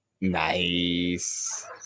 Nice